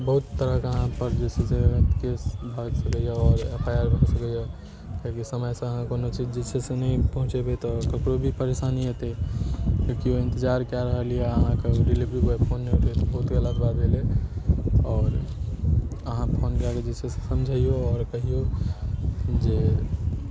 बहुत तरह शके अहाँ पर जे छै से केस भऽ सकैया आओर एफ आइ आर भऽ सकैया किएकि समय सऽ अहाँ कोनो चीज जे छै से नहि पहुचेबै तऽ ककरो भी परेशानी हेतै किएकि ओ इंतजार कऽ रहल यऽ अहाँके डीलेवरी बॉय फोन नहि उठबैया तऽ ई बहुत गलत बात भेलै आओर अहाँ फोन कए कऽ जे छै से समझैयो आओर कहियौ जे